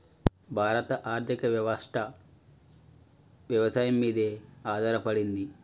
భారత ఆర్థికవ్యవస్ఠ వ్యవసాయం మీదే ఆధారపడింది